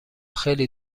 خیلی